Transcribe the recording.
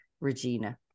Regina